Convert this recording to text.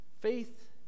Faith